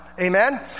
Amen